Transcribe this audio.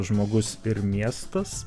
žmogus ir miestas